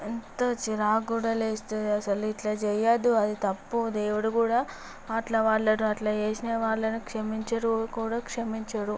ఎంత చిరాకు కూడా లేస్తుంది అసలు ఇట్ల చేయద్దు అది తప్పు దేవుడు కూడా అట్లా వాళ్ళకి అట్లా చేసిన వాళ్ళని క్షమించరు కూడా క్షమించరు